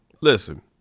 Listen